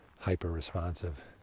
hyper-responsive